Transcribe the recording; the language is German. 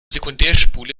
sekundärspule